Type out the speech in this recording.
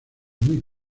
muy